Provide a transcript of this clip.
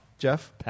Jeff